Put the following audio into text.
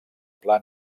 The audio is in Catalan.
pla